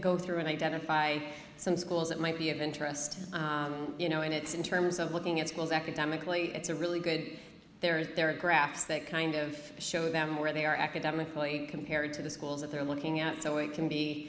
go through and identify some schools that might be of interest you know and it's in terms of looking at schools academically it's a really good there is there are graphs that kind of show them where they are academically compared to the schools that they're looking at so it can be